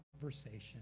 conversation